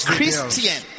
Christian